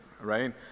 right